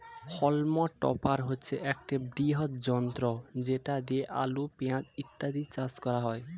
হল্ম topper হচ্ছে একটি বৃহৎ যন্ত্র যেটা দিয়ে আলু, পেঁয়াজ ইত্যাদি চাষ করা হয়